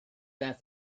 that